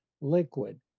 liquid